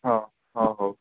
ହଁ ହଉ